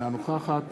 אינה נוכחת